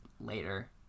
later